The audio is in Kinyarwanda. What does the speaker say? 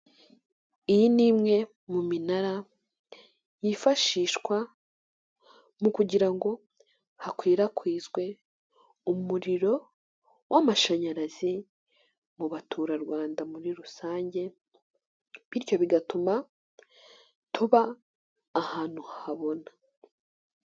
Iyi ni imwe mu minara yifashishwa mu kugira ngo hakwirakwizwe umuriro w'amashanyarazi mu baturarwanda muri rusange, bityo bigatuma tuba ahantu habona.